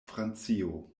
francio